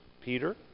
Peter